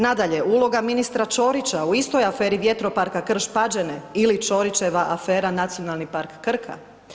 Nadalje, uloga ministra Ćorića u istoj aferi Vjetroparka Krš Pađene ili Ćorićeva afera Nacionalni park Krka.